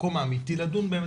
המקום האמיתי לדון בהם,